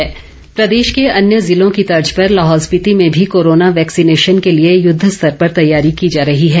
टीकाकरण प्रदेश के अन्य ज़िलों की तर्ज पर लाहौल स्पीति में भी कोरोना वैक्सीनेशन के लिए युद्धस्तर पर तैयारी की जा रही है